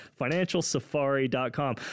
Financialsafari.com